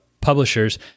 publishers